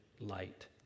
light